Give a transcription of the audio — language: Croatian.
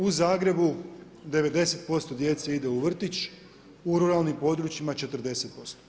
U Zagrebu 90% djece ide u vrtić, u ruralnim područjima 40%